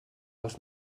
els